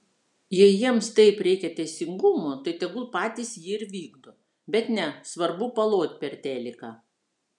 jei jiems taip reikia teisingumo tai tegul patys jį ir vykdo bet ne svarbu palot per teliką